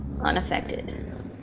unaffected